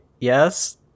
Yes